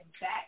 back